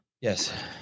Yes